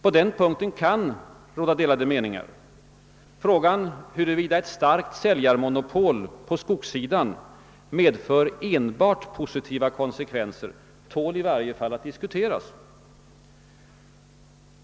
På den punkten kan det råda delade meningar. Frågan huruvida ett starkt säljarmonopol på skogssidan medför enbart positiva konsekvenser tål i varje fall att diskuteras.